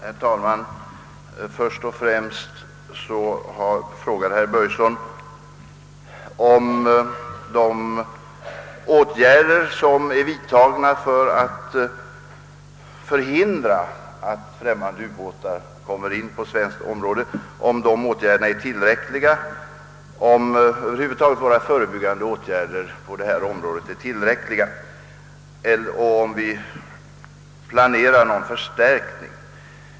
Herr talman! Först och främst frågade herr Börjesson i Falköping huruvida de åtgärder, som är vidtagna för att förhindra att främmande ubåtar kommer in på svenskt område, är tillräckliga. Han ville också veta om våra förebyggande åtgärder över huvud taget på detta område är tillräckliga och om vi planerar någon förstärkning.